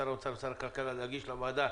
שר האוצר ושר הכלכלה להגיש לוועדה